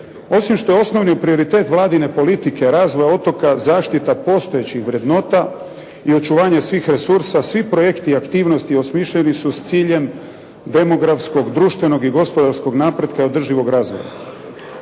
Osim što je osnovni prioritet vladine politike razvoja otoka zaštita postojećih vrednota i očuvanje svih resursa svi projekti i aktivnosti osmišljeni su s ciljem demografskog, društvenog i gospodarskog napretka i održivog razvoja.